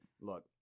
Look